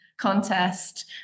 contest